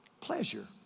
pleasure